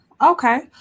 Okay